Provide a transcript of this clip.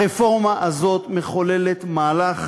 הרפורמה הזאת מחוללת מהלך